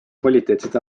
kvaliteetset